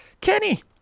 Kenny